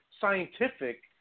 scientific